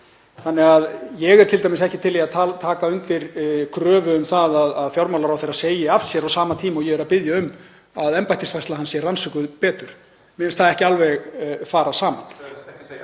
saman. Ég er t.d. ekki til í að taka undir kröfu um það að fjármálaráðherra segi af sér á sama tíma og ég er að biðja um að embættisfærsla hans sé rannsökuð betur. Mér finnst það ekki alveg fara saman.